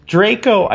Draco